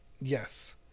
Yes